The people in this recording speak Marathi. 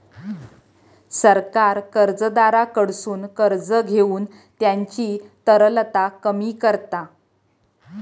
सरकार कर्जदाराकडसून कर्ज घेऊन त्यांची तरलता कमी करता